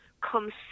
comes